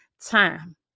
time